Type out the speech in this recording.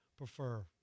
prefer